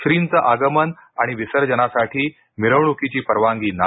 श्रींचं आगमन आणि विसर्जनासाठी मिरवणूकीची परवानगी नाही